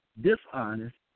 dishonest